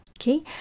okay